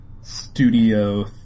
studio